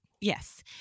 yes